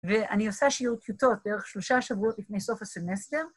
‫ואני עושה שיעור טיוטות ‫דרך שלושה שבועות לפני סוף הסמסטר.